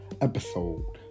Episode